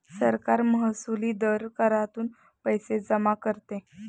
सरकार महसुली दर करातून पैसे जमा करते